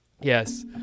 Yes